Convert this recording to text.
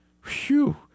Phew